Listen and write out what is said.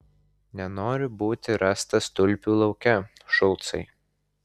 nenoriu būti rastas tulpių lauke šulcai